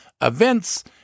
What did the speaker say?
events